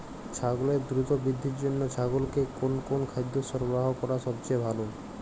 ছাগলের দ্রুত বৃদ্ধির জন্য ছাগলকে কোন কোন খাদ্য সরবরাহ করা সবচেয়ে ভালো?